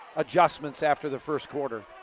adjustments after the first quarter.